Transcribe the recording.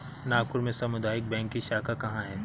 नागपुर में सामुदायिक बैंक की शाखा कहाँ है?